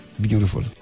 Beautiful